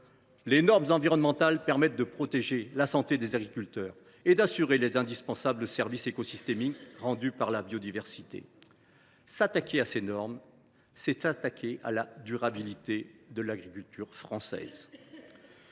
Les normes environnementales permettent de protéger la santé des agriculteurs et les services écosystémiques indispensables rendus par la biodiversité. S’attaquer à ces normes, c’est s’attaquer à la durabilité de l’agriculture française.